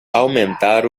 aumentar